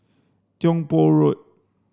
Tiong Poh Road